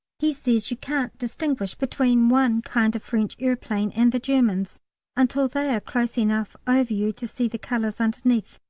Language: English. he says you can't distinguish between one kind of french aeroplane and the germans until they are close enough over you to see the colours underneath,